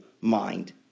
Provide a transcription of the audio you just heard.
mind